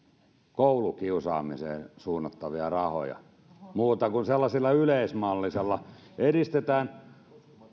koulukiusaamiseen suunnattavia rahoja muuta kuin sellaisella yleismallisella edistetään